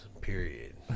Period